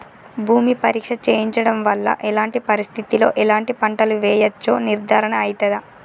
భూమి పరీక్ష చేయించడం వల్ల ఎలాంటి పరిస్థితిలో ఎలాంటి పంటలు వేయచ్చో నిర్ధారణ అయితదా?